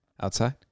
outside